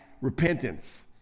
repentance